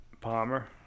Palmer